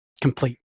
complete